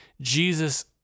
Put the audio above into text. Jesus